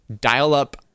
Dial-up